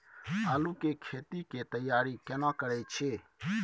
आलू के खेती के तैयारी केना करै छै?